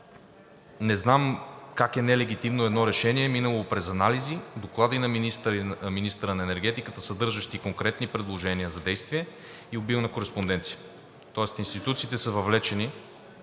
Не знам как е нелегитимно едно решение, минало през анализи, доклади на министъра на енергетиката, съдържащи конкретни предложения за действие, и обилна кореспонденция, тоест институциите са въвлечени